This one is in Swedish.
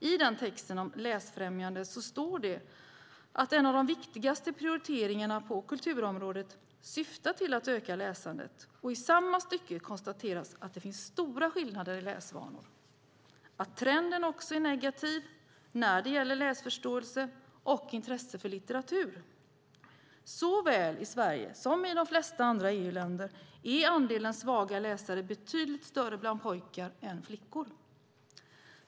I den texten om läsfrämjande står det att en av de viktigaste prioriteringarna på kulturområdet syftar till att öka läsandet. I samma stycke konstateras det att det finns stora skillnader i läsvanor och att trenden är negativ när det gäller läsförståelse och intresse för litteratur. Såväl i Sverige som i de flesta andra EU-länder är andelen svaga läsare betydligt större bland pojkar än bland flickor.